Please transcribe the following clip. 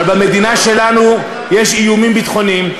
אבל במדינה שלנו יש איומים ביטחוניים,